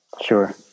Sure